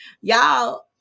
y'all